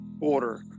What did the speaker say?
order